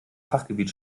fachgebiet